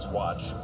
watch